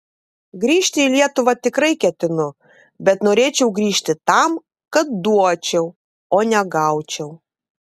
grįžti į lietuvą tikrai ketinu bet norėčiau grįžt tam kad duočiau o ne gaučiau